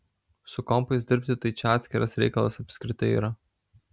su kompais dirbti tai čia atskiras reikalas apskritai yra